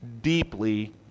deeply